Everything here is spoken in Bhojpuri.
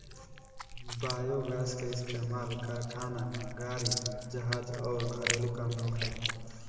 बायोगैस के इस्तमाल कारखाना, गाड़ी, जहाज अउर घरेलु काम में होखेला